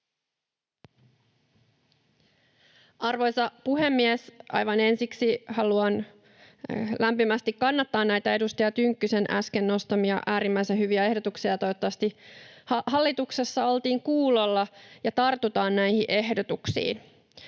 Arvoisa puhemies! Aivan ensiksi haluan lämpimästi kannattaa edustaja Tynkkysen äsken nostamia, äärimmäisen hyviä ehdotuksia. Toivottavasti hallituksessa oltiin kuulolla ja tartutaan näihin ehdotuksiin.